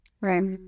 Right